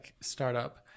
startup